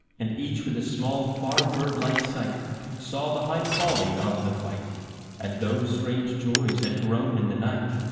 and each with a small, far, bird-like sight saw the high folly of the fight and though strange joys had grown in the night,